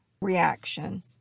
reaction